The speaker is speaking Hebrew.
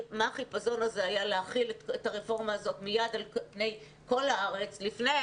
מה החיפזון הזה היה להחיל את הרפורמה הזאת מיד על פני כל הארץ לפני